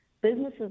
businesses